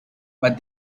but